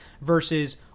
versus